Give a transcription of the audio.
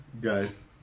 guys